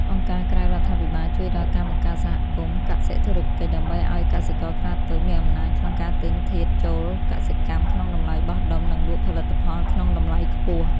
អង្គការក្រៅរដ្ឋាភិបាលជួយដល់ការបង្កើតសហគមន៍កសិធុរកិច្ច ដើម្បីឱ្យកសិករខ្នាតតូចមានអំណាចក្នុងការទិញធាតុចូលកសិកម្មក្នុងតម្លៃបោះដុំ និងលក់ផលិតផលក្នុងតម្លៃខ្ពស់។